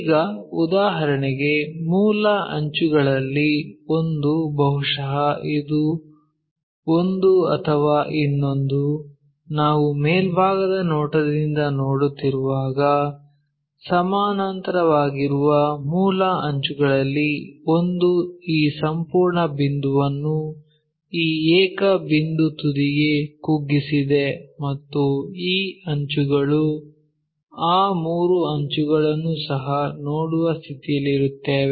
ಈಗ ಉದಾಹರಣೆಗೆ ಮೂಲ ಅಂಚುಗಳಲ್ಲಿ ಒಂದು ಬಹುಶಃ ಇದು ಒಂದು ಅಥವಾ ಇನ್ನೊಂದು ನಾವು ಮೇಲ್ಭಾಗದ ನೋಟದಿಂದ ನೋಡುತ್ತಿರುವಾಗ ಸಮಾನಾಂತರವಾಗಿರುವ ಮೂಲ ಅಂಚುಗಳಲ್ಲಿ ಒಂದು ಈ ಸಂಪೂರ್ಣ ಬಿಂದುವನ್ನು ಈ ಏಕ ಬಿಂದು ತುದಿಗೆ ಕುಗ್ಗಿಸಿದೆ ಮತ್ತು ಈ ಅಂಚುಗಳು ಆ ಮೂರು ಅಂಚುಗಳನ್ನೂ ಸಹ ನೋಡುವ ಸ್ಥಿತಿಯಲ್ಲಿರುತ್ತೇವೆ